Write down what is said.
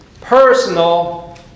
personal